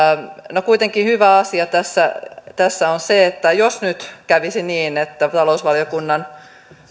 no kuitenkin hyvä asia tässä tässä on se että jos nyt kävisi niin että talousvaliokunnan